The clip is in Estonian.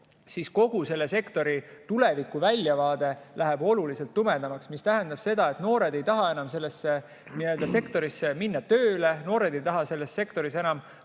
siis kogu selle sektori tulevikuväljavaade läheb oluliselt tumedamaks. See tähendab seda, et noored ei taha enam sellesse sektorisse tööle minna, noored ei taha seda [eriala] enam